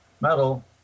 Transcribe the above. metal